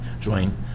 join